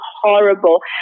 horrible